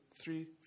three